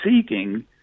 seeking